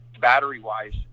battery-wise